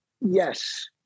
yes